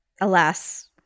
alas